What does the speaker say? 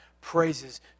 praises